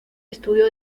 estudio